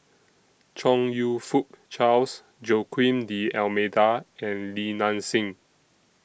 Chong YOU Fook Charles Joaquim D'almeida and Li Nanxing